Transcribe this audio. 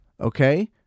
Okay